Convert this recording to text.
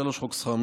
התעסוקה,